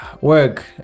work